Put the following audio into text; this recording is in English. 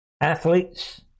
athletes